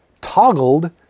toggled